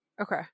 Okay